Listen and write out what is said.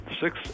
six